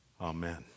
Amen